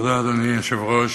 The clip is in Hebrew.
אדוני היושב-ראש,